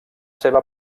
seva